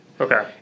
Okay